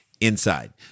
Inside